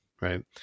Right